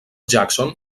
jackson